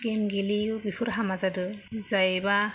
game गेलेयो before हामा जादों जायबा